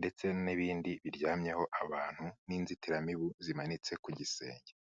ndetse n'ibindi biryamyeho abantu n'inzitiramibu zimanitse ku gisenge.